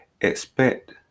Expect